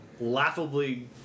Laughably